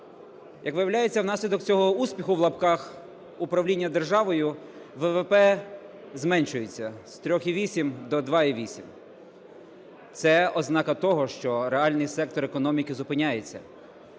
Як виявляється, внаслідок цього "успіху" (в лапках) управління державою ВВП зменшується з 3,8 до 2,8. Це ознака того, що реальний сектор економіки зупиняється,